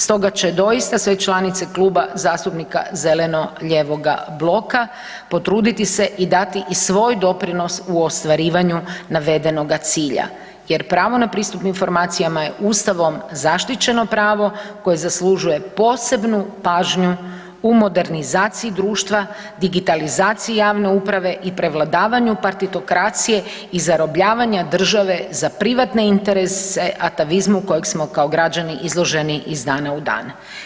Stoga će doista sve članice Kluba zastupnika zeleno-lijevoga bloka potruditi se dati i svoj doprinos u ostvarivanju navedenoga cilja jer pravo na pristup informacijama je Ustavom zaštićeno pravo koje zaslužuje posebnu pažnju u modernizaciji društva, digitalizaciji javne uprave i prevladavanju partitokracije i zarobljavanja države za privatne interese atavizmu kojeg smo kao građani izloženi iz dana u dan.